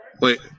Wait